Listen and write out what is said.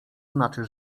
znaczy